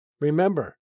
Remember